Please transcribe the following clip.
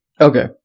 Okay